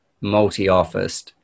multi-office